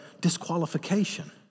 disqualification